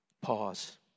Pause